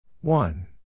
One